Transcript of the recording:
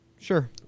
Sure